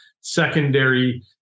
secondary